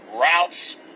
routes